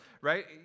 right